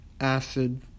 acid